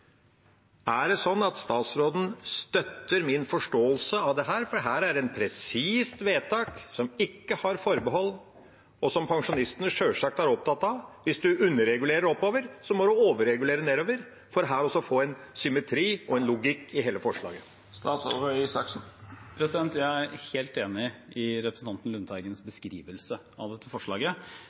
Er det sånn at statsråden støtter min forståelse av dette – for dette er et presist vedtak som ikke har forbehold, og som pensjonistene sjølsagt er opptatt av – at hvis en underregulerer oppover, så må en overregulere nedover, for her å få en symmetri og en logikk i hele forslaget? Jeg er helt enig i representanten Lundteigens beskrivelse av dette forslaget,